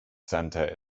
centre